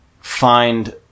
find